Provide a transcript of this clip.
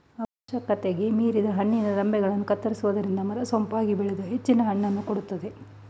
ಅವಶ್ಯಕತೆಗೆ ಮೀರಿದ ಹಣ್ಣಿನ ರಂಬೆಗಳನ್ನು ಕತ್ತರಿಸುವುದರಿಂದ ಮರ ಸೊಂಪಾಗಿ ಬೆಳೆದು ಹೆಚ್ಚಿನ ಹಣ್ಣು ಕೊಡುತ್ತದೆ